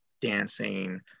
dancing